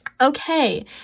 Okay